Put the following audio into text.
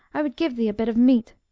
i would give thee a bit of meat.